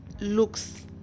looks